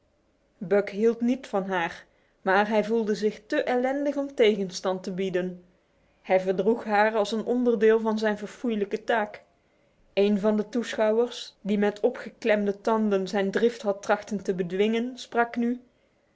buck hield niet van haar maar hij voelde zich te ellendig om tegenstand te bieden hij verdroeg haar als een onderdeel van zijn verfoeilijke taak een van de toeschouwers die met opeengeklemde tanden zijn drift had trachten te bedwingen sprak nu